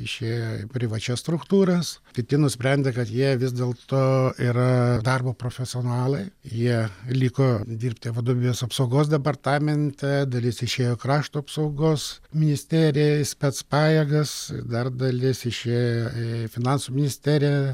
išėjo į privačias struktūras kiti nusprendė kad jie vis dėlto yra darbo profesionalai jie liko dirbti vadovybės apsaugos departamente dalis išėjo į krašto apsaugos ministeriją į spec pajėgas dar dalis išėjo į finansų ministeriją